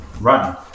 run